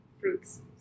fruits